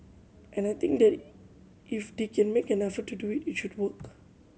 and I think that if they can make an effort to do it it should work